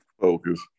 Focus